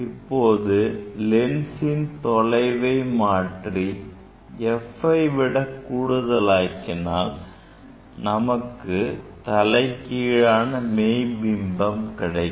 இப்போது லென்சின் தொலைவை மாற்றி fஐ விடக் கூடுதலாக்கினால் நமக்கு தலைகீழான மெய்பிம்பம் கிடைக்கும்